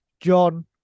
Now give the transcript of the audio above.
John